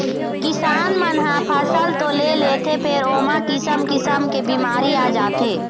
किसान मन ह फसल तो ले लेथे फेर ओमा किसम किसम के बिमारी आ जाथे